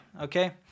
Okay